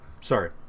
sorry